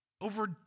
over